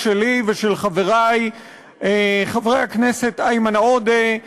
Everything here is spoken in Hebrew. שלי ושל חברי חברי הכנסת איימן עודה,